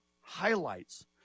highlights